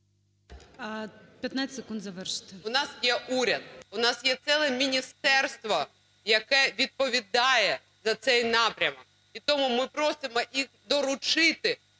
У нас є уряд, у нас є ціле міністерство, яке відповідає за цей напрямок. І тому ми просимо і доручити